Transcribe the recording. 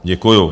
Děkuju.